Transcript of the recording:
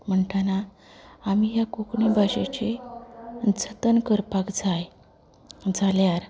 म्हणटना आमी ह्या कोंकणी भाशेची जतन करपाक जाय जाल्यार